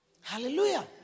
hallelujah